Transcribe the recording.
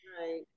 right